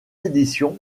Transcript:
éditions